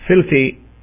filthy